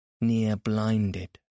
near-blinded